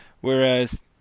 whereas